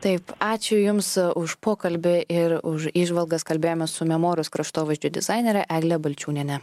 taip ačiū jums už pokalbį ir už įžvalgas kalbėjomės su memorus kraštovaizdžio dizainere egle balčiūniene